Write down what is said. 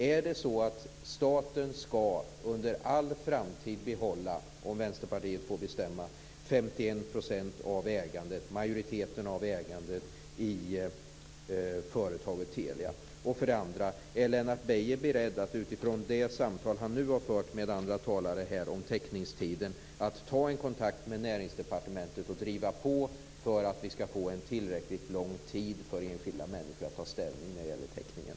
Är det så att staten under all framtid ska behålla, om Vänsterpartiet får bestämma, 51 %- majoriteten Är Lennart Beijer beredd att utifrån det samtal han nu har fört med andra talare här om teckningstiden ta en kontakt med Näringsdepartementet och driva på för att enskilda människor ska få tillräckligt lång tid för att ta ställning när det gäller teckningen?